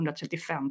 135%